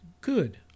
Good